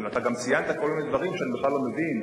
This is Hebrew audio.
אתה גם ציינת כל מיני דברים שאני בכלל לא מבין,